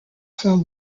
felt